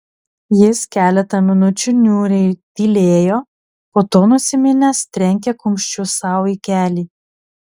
jis keletą minučių niūriai tylėjo po to nusiminęs trenkė kumščiu sau į kelį